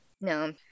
No